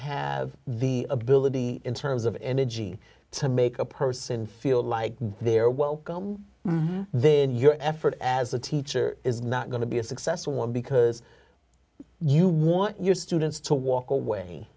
have the ability in terms of energy to make a person feel like they're welcome then your effort as a teacher is not going to be a successful one because you want your students to walk away